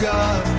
God